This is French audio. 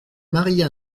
marie